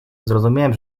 zrozumiałem